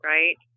Right